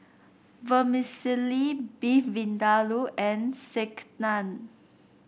Vermicelli Beef Vindaloo and Sekihan